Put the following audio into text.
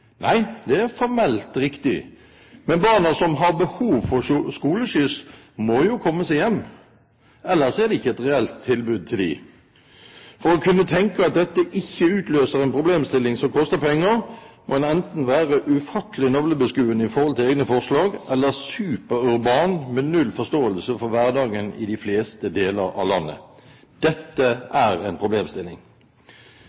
Nei, det er formelt riktig. Men barna som har behov for skoleskyss, må jo komme seg hjem, ellers er det ikke et reelt tilbud til dem. For å kunne tenke at dette ikke utløser en problemstilling som koster penger, må en enten være ufattelig navlebeskuende med hensyn til egne forslag, eller superurban, med null forståelse for hverdagen i de fleste deler av landet. Dette